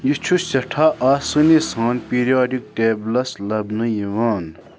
یہِ چھُ سٮ۪ٹھاہ آسٲنی سان پیریٛاڈِک ٹیبلَس لبنہٕ یوان